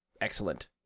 excellent